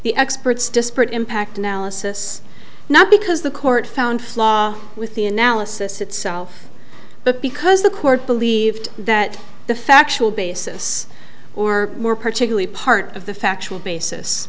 the experts disparate impact analysis not because the court found flaw with the analysis itself but because the court believed that the factual basis or more particularly part of the factual basis